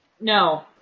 No